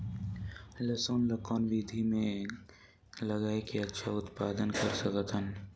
लसुन ल कौन विधि मे लगाय के अच्छा उत्पादन कर सकत हन?